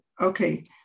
Okay